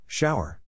Shower